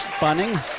Bunning